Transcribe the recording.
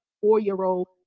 four-year-old